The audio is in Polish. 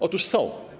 Otóż są.